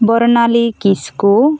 ᱵᱚᱨᱱᱟᱞᱤ ᱠᱤᱥᱠᱩ